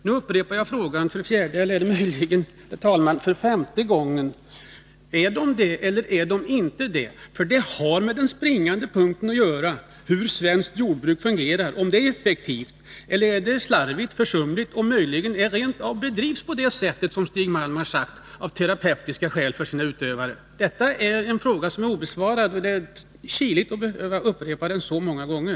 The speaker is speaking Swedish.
Nu upprepar jag frågan för fjärde eller möjligen, herr talman, för femte gången: Är de det, eller är de inte det? Detta kan nämligen sägas vara den springande punkten i bedömningen av hur det svenska jordbruket fungerar. Är det effektivt eller slarvigt och försumligt — eller bedrivs det rent av så som Stig Malm har antytt, av terapeutiska skäl för sina utövare? Denna fråga är obesvarad, och det är närmast genant att behöva upprepa den så många gånger.